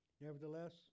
Nevertheless